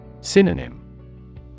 Synonym